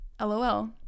LOL